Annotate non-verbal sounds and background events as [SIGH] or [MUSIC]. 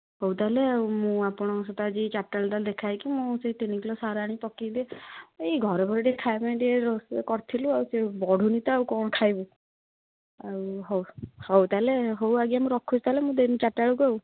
ହଉ ତା'ହେଲେ ଆଉ ମୁଁ ଆପଣଙ୍କ ସହିତ ଆଜି ଚାରଟାବେଳେ ତା'ହେଲେ ଦେଖାହେଇକି ମୁଁ ସେଇ ତିନିକିଲୋ ସାର ଆଣିକି ପକେଦେବି ଏଇ ଘରଫର ଟିକେ ଖାଇବା ପାଇଁ ଟିକେ କରିଥିଲୁ ଆଉ ସିଏ ବଢ଼ୁନି ତ କ'ଣ ଖାଇବୁ ଆଉ ହଉ ହଉ ତା'ହେଲେ ହଉ ଆଜ୍ଞା ମୁଁ ରଖୁଛି ତା'ହେଲେ ମୁଁ [UNINTELLIGIBLE] ଚାରଟାବେଳକୁ ଆଉ